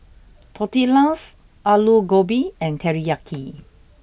Tortillas Alu Gobi and Teriyaki